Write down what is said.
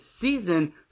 season